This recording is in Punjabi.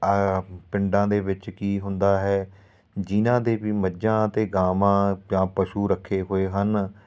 ਪਿੰਡਾਂ ਦੇ ਵਿੱਚ ਕੀ ਹੁੰਦਾ ਹੈ ਜਿਹਨਾਂ ਦੇ ਵੀ ਮੱਝਾਂ ਅਤੇ ਗਾਵਾਂ ਜਾਂ ਪਸ਼ੂ ਰੱਖੇ ਹੋਏ ਹਨ